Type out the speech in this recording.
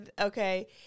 Okay